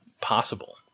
possible